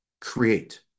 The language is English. create